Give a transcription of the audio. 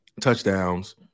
touchdowns